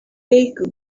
take